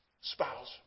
spouse